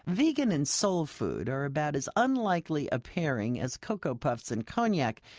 vegan and soul food are about as unlikely a pairing as cocoa puffs and cognac,